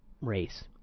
race